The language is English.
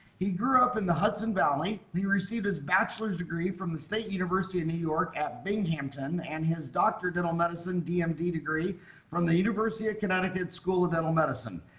he grew up in the hudson valley, he received his bachelor's degree from the state university of new york at binghamton and his doctor dental medicine dmd um degree from the university of connecticut school of dental medicine.